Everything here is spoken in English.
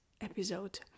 episode